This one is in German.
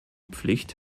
pflicht